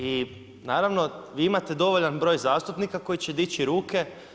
I naravno vi imate dovoljan broj zastupnika koji će dići ruke.